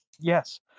yes